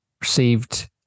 received